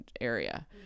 area